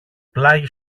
πλάγι